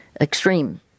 extreme